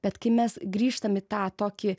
bet kai mes grįžtam į tą tokį